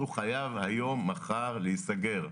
הוא חייב היום/מחר להיסגר.